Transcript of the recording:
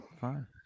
Fine